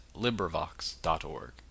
LibriVox.org